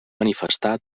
manifestar